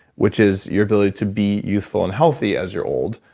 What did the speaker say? which is your ability to be youthful and healthy as your old.